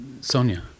Sonia